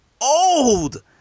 old